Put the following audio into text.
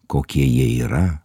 kokie jie yra